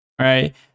right